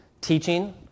teaching